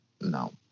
no